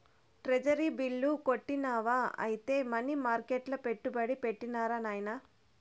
treasury bill కొంటివా ఐతే money మర్కెట్ల పెట్టుబడి పెట్టిరా నాయనా